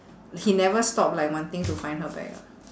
he never stopped like wanting to find her back ah